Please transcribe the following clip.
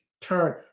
turn